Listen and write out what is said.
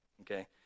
okay